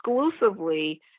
exclusively